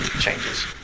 changes